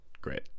Great